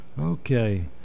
Okay